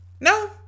no